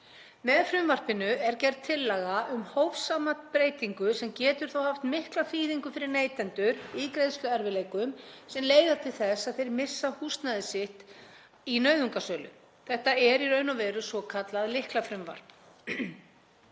Með frumvarpinu er gerð tillaga um hófsamlega breytingu sem getur þó haft mikla þýðingu fyrir neytendur í greiðsluerfiðleikum sem leiða til þess að þeir missa húsnæði sitt í nauðungarsölu. Þetta er í raun og veru svokallað lyklafrumvarp.